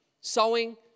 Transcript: sowing